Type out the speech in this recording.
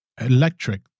electric